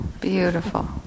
Beautiful